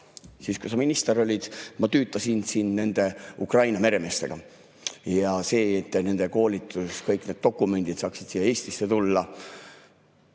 siis kui sa minister olid, ma tüütasin sind nende Ukraina meremeeste ja nende koolitusega, et kõik need dokumendid saaksid siia Eestisse tulla.